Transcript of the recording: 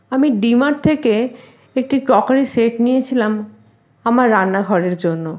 আমি D Mart থেকে একটি ক্রকারি সেট নিয়েছিলাম আমার রান্নাঘরের জন্য